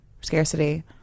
scarcity